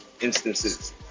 instances